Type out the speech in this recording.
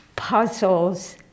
Puzzles